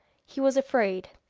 he was afraid!